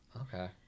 Okay